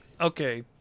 okay